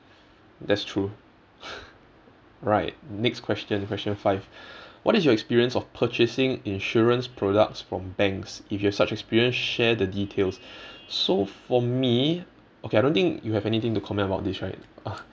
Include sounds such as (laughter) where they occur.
that's true (laughs) right next question question five (breath) what is your experience of purchasing insurance products from banks if you have such experience share the details (breath) so for me okay I don't think you have anything to comment about this right uh